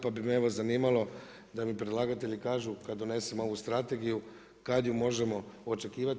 Pa bi me evo zanimalo da mi predlagatelji kažu kada donesemo ovu strategiju kada ju možemo očekivati.